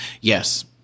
Yes